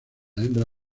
hembra